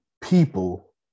people